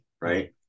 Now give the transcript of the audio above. right